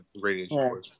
radiation